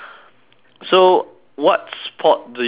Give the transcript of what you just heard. so what sport do you play